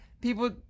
People